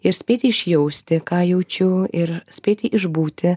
ir spėti išjausti ką jaučiu ir spėti išbūti